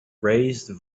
raised